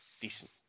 decent